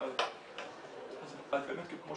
כפי